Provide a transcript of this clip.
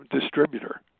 distributor